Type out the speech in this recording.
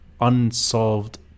unsolved